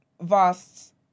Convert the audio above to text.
vast